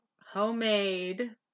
homemade